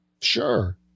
Sure